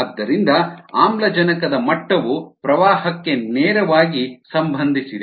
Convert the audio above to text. ಆದ್ದರಿಂದ ಆಮ್ಲಜನಕದ ಮಟ್ಟವು ಪ್ರವಾಹಕ್ಕೆ ನೇರವಾಗಿ ಸಂಬಂಧಿಸಿದೆ